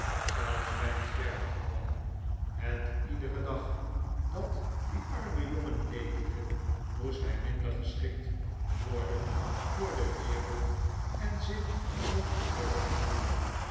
zelfs bij een sterfgeval met iederen dag dat die arme jongen leefde moest hij minder geschikt worden voor de wereld en zich ongelukkiger voelen